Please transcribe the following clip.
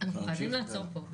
חייבים לעצור פה.